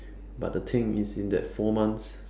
but the thing is in that four months